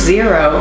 Zero